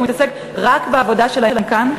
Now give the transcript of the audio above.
הוא מתעסק רק בעבודה שלהם כאן.